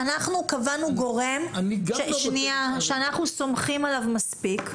אנחנו קבענו גורם שאנחנו סומכים עליו מספיק,